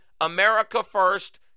America-first